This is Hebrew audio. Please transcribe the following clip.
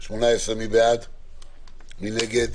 ההסתייגות